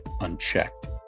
unchecked